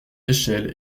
échelles